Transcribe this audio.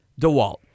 DeWalt